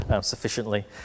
sufficiently